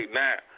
now